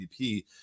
GDP